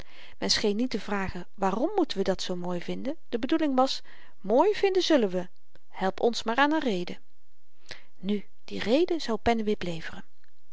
scheen niet te vragen waarom moeten we dat zoo mooi vinden de bedoeling was mooi vinden zùllen we help ons maar aan n reden nu die reden zou pennewip leveren